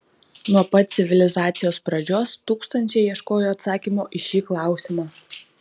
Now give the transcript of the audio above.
nuo pat civilizacijos pradžios tūkstančiai ieškojo atsakymo į šį klausimą